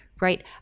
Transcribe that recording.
right